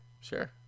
Sure